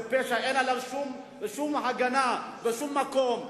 אין עליהם שום הגנה בשום מקום,